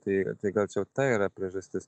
tai tai gal čia ta yra priežastis